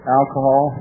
alcohol